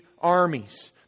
armies